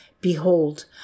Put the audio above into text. Behold